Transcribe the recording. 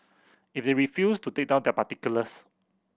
if they refuse to take down their particulars